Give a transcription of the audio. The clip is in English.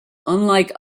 unlike